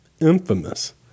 infamous